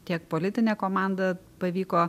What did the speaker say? tiek politinę komandą pavyko